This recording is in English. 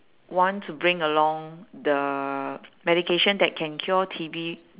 want to bring along the medication that can cure T_B